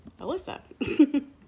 Alyssa